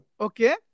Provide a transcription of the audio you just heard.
Okay